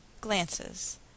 glances